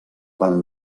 quan